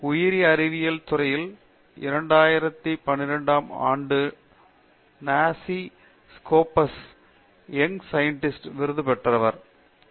உயிரி அறிவியல் துறையில் 2012 ஆம் ஆண்டின் நாசிஸ்கோப்ஸ் எங் சயின்டிஸ்ட் விருது வென்றவர் ஆவார்